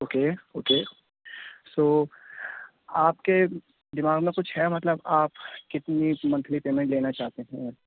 okay okay so آپ کے دماغ میں کچھ ہے مطلب آپ کتنی منتھلی پیمنٹ لینا چاہتے ہیں